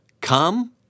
Come